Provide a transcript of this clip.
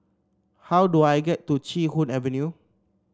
how do I get to Chee Hoon Avenue